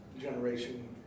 generation